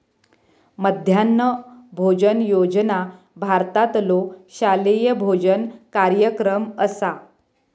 मध्यान्ह भोजन योजना भारतातलो शालेय भोजन कार्यक्रम असा